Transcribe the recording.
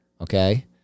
okay